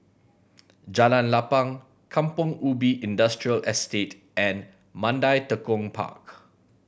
Jalan Lapang Kampong Ubi Industrial Estate and Mandai Tekong Park